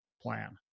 plan